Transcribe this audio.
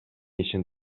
ишин